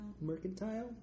Mercantile